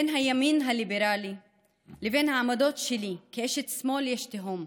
בין הימין הליברלי לבין העמדות שלי כאשת שמאל יש תהום,